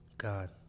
God